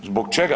Zbog čega?